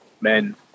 men